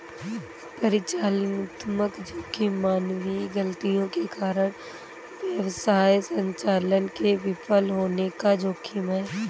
परिचालनात्मक जोखिम मानवीय गलतियों के कारण व्यवसाय संचालन के विफल होने का जोखिम है